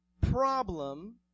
problem